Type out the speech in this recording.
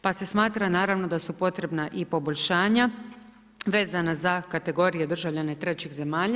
Pa se smatra naravno da su potrebna i poboljšanja vezana za kategorije, državljane trećih zemalja.